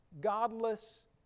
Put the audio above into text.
godless